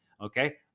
okay